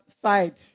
side